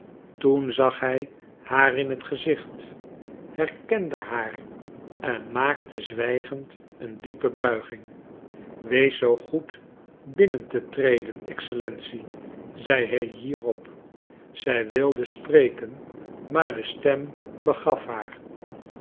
toen zag hij haar in t gezicht herkende haar en maakte zwijgend een diepe buiging wees zoo goed binnen te treden excellentie zei hij hierop zij wilde spreken maar de stem begaf haar